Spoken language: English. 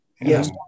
yes